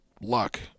luck